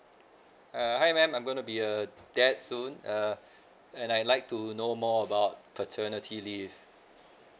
uh hi madam I'm going to be a dad soon uh and I like to know more about paternity leave